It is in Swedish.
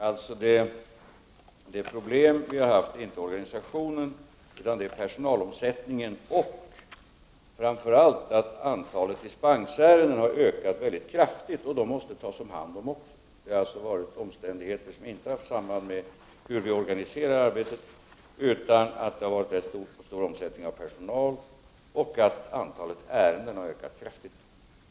Fru talman! Det problem vi har haft är inte organisationen, utan det är personalomsättningen och framför allt det faktum att antalet dispensärenden har ökat mycket kraftigt, och de måste också handläggas. Det är omständigheter som inte har samband med hur vi organiserar arbetet. Det har alltså varit rätt stor omsättning av personal, och antalet ärenden har ökat kraftigt.